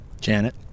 Janet